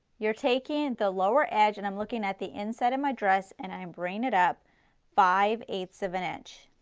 you're taking the lower edge and i'm looking at the inside of my dress and i am bringing it up five eighths of an inch.